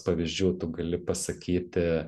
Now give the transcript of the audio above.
pavyzdžių tu gali pasakyti